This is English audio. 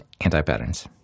anti-patterns